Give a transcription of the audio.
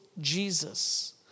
Jesus